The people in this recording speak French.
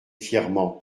fièrement